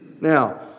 Now